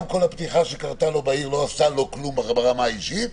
גם כל הפתיחה שקרתה לו בעיר לא עשתה לו דבר ברמה האישית,